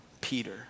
Peter